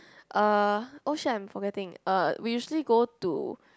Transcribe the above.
uh oh shit I'm forgetting uh we usually go to